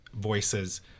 voices